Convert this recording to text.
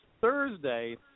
Thursday